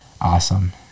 awesome